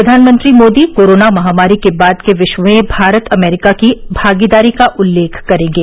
प्रधानमंत्री मोदी कोरोना महामारी के बाद के विश्व में भारत अमेरिका की भागीदारी का उल्लेख करेंगे